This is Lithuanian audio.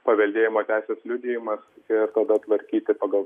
paveldėjimo teisės liudijimas ir tada tvarkyti pagal